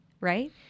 right